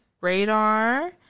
Radar